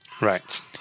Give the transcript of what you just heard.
right